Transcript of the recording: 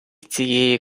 цієї